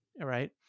right